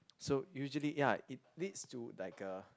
so usually ya it leads to like a